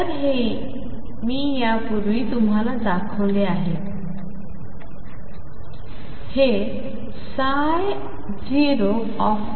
तर हे मी तुम्हाला पूर्वी दाखवले होते की हे 0